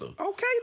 Okay